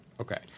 okay